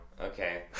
okay